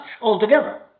altogether